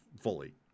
fully